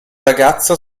ragazzo